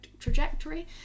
Trajectory